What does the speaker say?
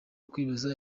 kwibaza